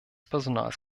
personals